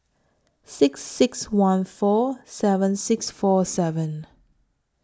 six six one four seven six four seven